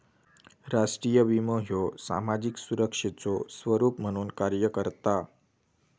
राष्ट्रीय विमो ह्यो सामाजिक सुरक्षेचो स्वरूप म्हणून कार्य करता